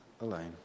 alone